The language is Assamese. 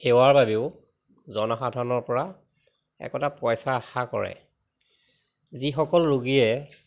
সেৱাৰ বাবেও জনসাধাৰণৰপৰা একোটা পইচা আশা কৰে যিসকল ৰোগীয়ে